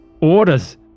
orders